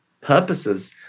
purposes